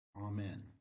Amen